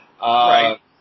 Right